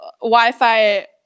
Wi-Fi